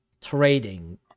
trading